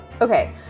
Okay